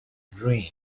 dream